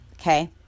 Okay